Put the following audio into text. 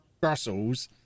Brussels